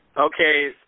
Okay